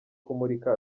kumurika